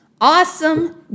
Awesome